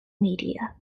media